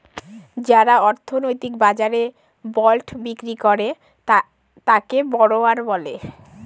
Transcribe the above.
যারা অর্থনৈতিক বাজারে বন্ড বিক্রি করে তাকে বড়োয়ার বলে